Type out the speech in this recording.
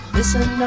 Listen